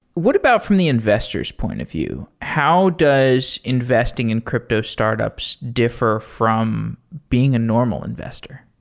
what about from the investor's point of view? how does investing in crypto startups differ from being a normal investor?